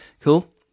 Cool